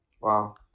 Wow